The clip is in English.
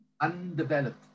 Undeveloped